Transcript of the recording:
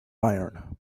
iron